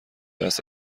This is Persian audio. است